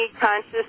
conscious